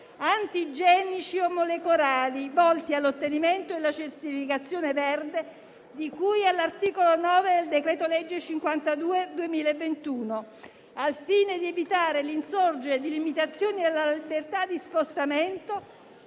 antigenici e/o molecolari volti all'ottenimento della certificazione verde di cui all'articolo 9 del decreto-legge n. 52 del 2021 al fine di evitare l'insorgere di limitazioni alle libertà di spostamento